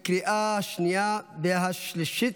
התקבלה בקריאה השנייה והשלישית,